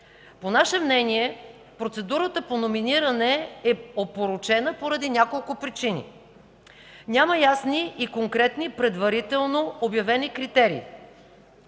„По наше мнение процедурата по номиниране е опорочена поради няколко причини: няма ясни и конкретни предварително обявени критерии;